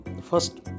first